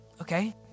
okay